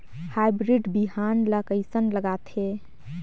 Hybrid बिहान ला कइसन लगाथे?